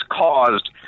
caused